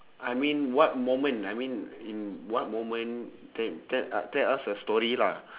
I mean what moment I mean in what moment tell tell u~ tell us a story lah